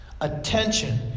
Attention